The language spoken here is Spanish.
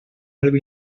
algo